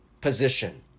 position